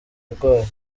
arwaye